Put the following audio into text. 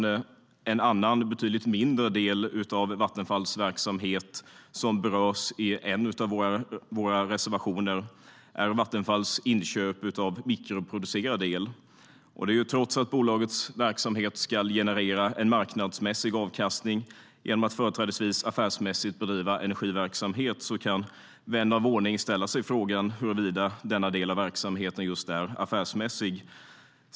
En annan, betydligt mindre, del av Vattenfalls verksamhet som berörs i en av våra reservationer är Vattenfalls inköp av mikroproducerad el. Trots att bolagets verksamhet ska generera en marknadsmässig avkastning genom att företrädesvis affärsmässigt bedriva energiverksamhet kan vän av ordning ställa sig frågan huruvida denna del av verksamheten är just affärsmässig.